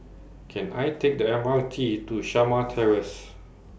Can I Take The M R T to Shamah Terrace